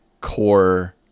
core